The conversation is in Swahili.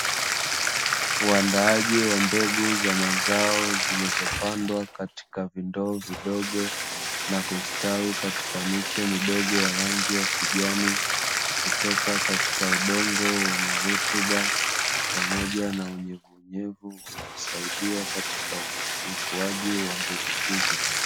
Uandaaji wa mbegu za mazao zilizopandwa katika vindoo vidogo na kustawi katika miche midogo ya rangi ya kijani, kutoka katika udongo wenye rutuba pamoja na unyevunyevu unaosaidia katika ukuaji wa mbegu hizo.